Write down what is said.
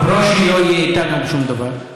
ברושי לא יהיה איתנו על שום דבר.